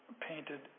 painted